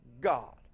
God